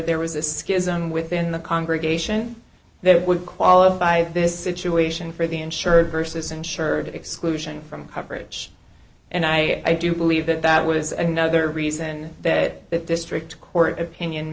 there was a schism within the congregation that would qualify this situation for the insurer versus insured exclusion from coverage and i do believe that that was another reason that district court opinion